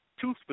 two